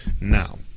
Now